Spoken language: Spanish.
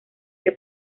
que